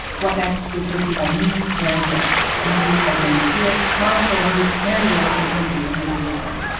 what next is hosted by me, mary harris, and produced by daniel hewitt, mara silvers, mary wilson and jason de leon.